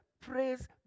Praise